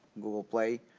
google play